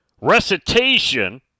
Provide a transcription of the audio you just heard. recitation